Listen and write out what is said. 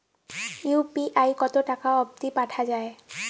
UPI কতো টাকা অব্দি পাঠা যায়?